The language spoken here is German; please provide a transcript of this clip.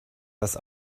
das